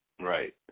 Right